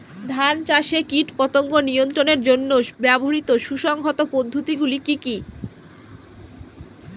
ধান চাষে কীটপতঙ্গ নিয়ন্ত্রণের জন্য ব্যবহৃত সুসংহত পদ্ধতিগুলি কি কি?